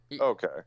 Okay